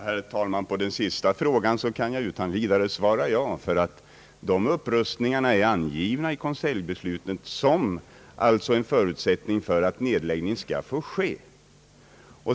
Herr talman! På den sista frågan kan jag utan vidare svara ja, ty dessa upprustningar är angivna i konseljbeslutet som en förutsättning för att nedläggning skall få ske.